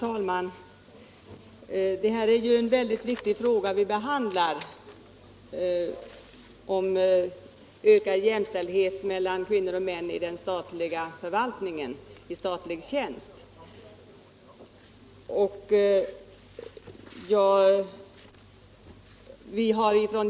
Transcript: Herr talman! Det är en mycket viktig fråga vi nu behandlar, om ökad jämställdhet mellan kvinnor och män i statlig tjänst.